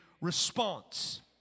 response